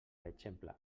exemple